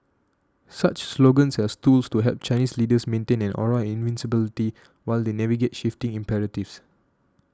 such slogans as tools to help Chinese leaders maintain an aura of invincibility while they navigate shifting imperatives